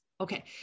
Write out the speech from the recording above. Okay